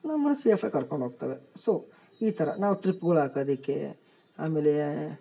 ನಮ್ಮನ್ನು ಸೇಫಾಗಿ ಕರ್ಕೊಂಡು ಹೋಗ್ತವೆ ಸೊ ಈ ಥರ ನಾವು ಟ್ರಿಪ್ಗಳಾಕೋದಿಕ್ಕೆ ಆಮೇಲೇ